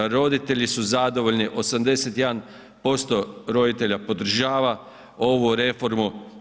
Roditelji su zadovoljni, 81% roditelja podržava ovu reformu.